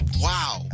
Wow